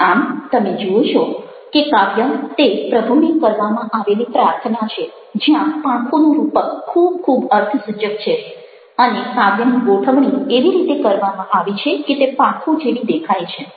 આમ તમે જુઓ છો કે કાવ્ય તે પ્રભુને કરવામાં આવેલી પ્રાર્થના છે જ્યાં પાંખોનું રૂપક ખૂબ ખૂબ અર્થસૂચક છે અને કાવ્યની ગોઠવણી એવી રીતે કરવામાં આવી છે કે તે પાંખો જેવી દેખાય છે